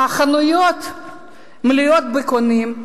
החנויות מלאות בקונים,